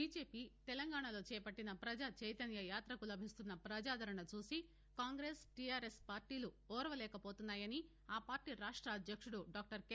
BJP తెలంగాణాలో చేపట్టిన ప్రజాచైతన్య యాతకు లభిస్తున్న ప్రజాదరణ చూసి కాంగ్రెస్ టీఆర్ఎస్ పార్టీలు ఓర్వలేకపోతున్నాయని ఆ పార్టీ రాష్ట్ర అధ్యక్షుడు డా కె